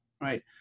right